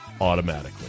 automatically